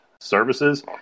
services